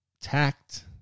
tact